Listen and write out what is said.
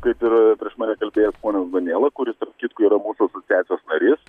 kaip ir prieš mane kalbėjęs ponas duonėla kuris tarp kitko yra mūsų asociacijos narys